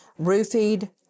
roofied